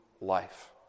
life